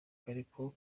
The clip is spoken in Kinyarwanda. arakekwaho